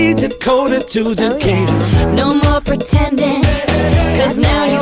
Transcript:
dakota to decatur no more pretending cause now